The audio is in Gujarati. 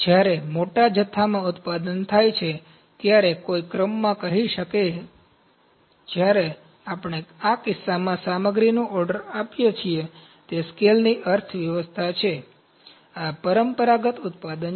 જ્યારે મોટા જથ્થામાં ઉત્પાદન થાય છે ત્યારે કોઈ ક્રમમાં કહી શકે છે જ્યારે આપણે આ કિસ્સામાં સામગ્રીનો ઓર્ડર આપીએ છીએ તે સ્કેલની અર્થવ્યવસ્થા છે આ પરંપરાગત ઉત્પાદન છે